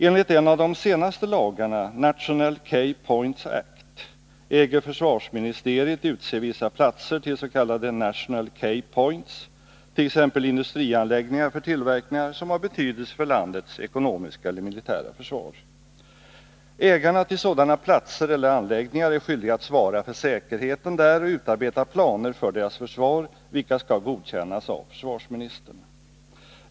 Enligt en av de senaste lagarna, National Key Points Act, äger försvarsministeriet rätt att utse vissa platser till s.k. National Key Points, t.ex. industrianläggningar för tillverkning som har betydelse för landets ekonomiska eller militära försvar. Ägarna till sådana platser eller anläggningar är skyldiga att svara för säkerheten där och utarbeta planer för deras försvar, vilka skall godkännas av försvarsministern.